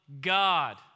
God